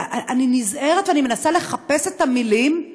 אני נזהרת ואני מנסה לחפש את המילים,